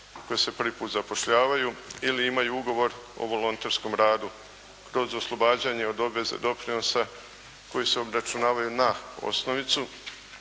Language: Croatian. koje se prvi put zapošljavaju ili imaju ugovor o volonterskom radu kroz oslobađanje od obveze doprinosa koji se obračunavaju na osnovicu